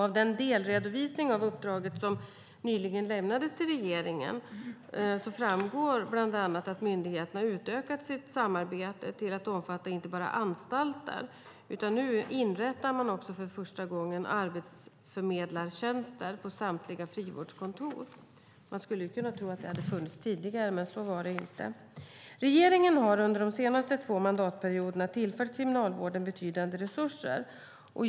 Av den delredovisning av uppdraget som nyligen lämnades till regeringen framgår bland annat att myndigheterna utökat sitt samarbete till att omfatta inte bara anstalter. Nu inrättas också för första gången arbetsförmedlartjänster på samtliga frivårdskontor. Man skulle kunna tro att det fanns tidigare, men så var det inte. Regeringen har under de senaste två mandatperioderna tillfört Kriminalvården betydande resurser.